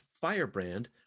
Firebrand